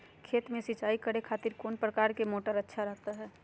खेत में सिंचाई करे खातिर कौन प्रकार के मोटर अच्छा रहता हय?